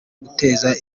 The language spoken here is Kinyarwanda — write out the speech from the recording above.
guteza